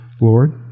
Lord